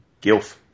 guilt